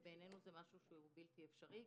בעינינו זה דבר בלתי אפשרי.